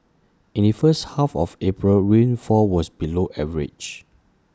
in the first half of April rainfall was below average